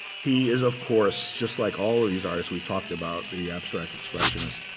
he is, of course, just like all of these artists. we've talked about the abstract expressionists.